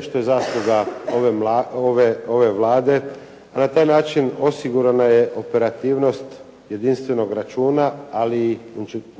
što je zasluga ove Vlade. Na taj način osigurana je operativnost jedinstvenog računa, ali i